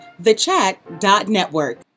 thechat.network